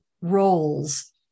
roles